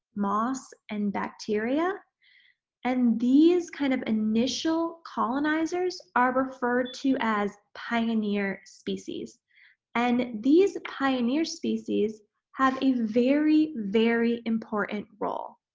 moss, and bacteria and these kind of initial colonizers are referred to as pioneer species and these pioneer species have a very, very important role.